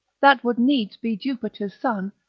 that would needs be jupiter's son,